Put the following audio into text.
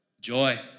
Joy